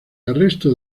arresto